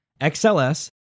XLS